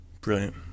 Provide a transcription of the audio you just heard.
Brilliant